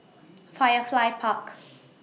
Firefly Parks